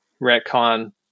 retcon